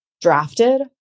drafted